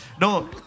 No